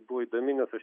buvo įdomi nes aš